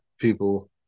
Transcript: people